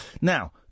Now